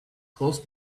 close